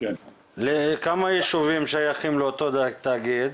כמה יישובים שייכים לאותו תאגיד?